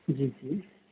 ਜੀ ਜੀ